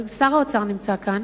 אבל שר האוצר נמצא כאן